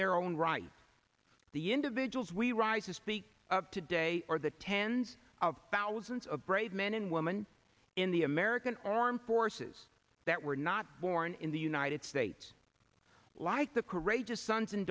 their own right the individuals we rise to speak today or the tens of thousands of brave men and women in the american armed forces that were not born in the united states like the courageous